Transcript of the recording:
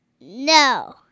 No